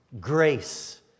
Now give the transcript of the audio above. grace